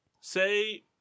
Say